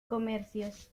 comercios